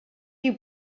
you